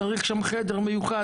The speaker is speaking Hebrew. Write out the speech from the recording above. בגלל שיש שם טיפולי יום,